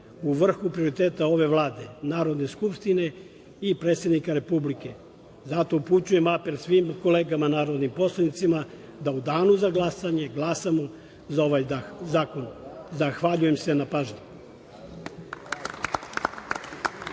u vrhu prioriteta ove Vlade, Narodne skupštine i predsednika Republike. Zato upućujem apel svim kolegama narodnim poslanicima da u danu za glasanje glasamo za ovaj zakon. Zahvaljujem se na pažnji.